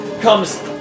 comes